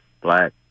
black